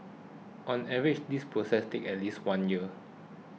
on average this process takes at least one year